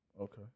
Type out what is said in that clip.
Okay